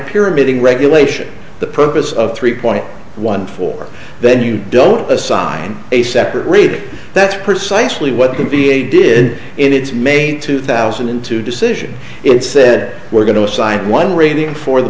pyramiding regulation the purpose of three point one four then you don't assign a separate read that's precisely what the v a did in its may two thousand and two decision it said we're going to assign one rating for the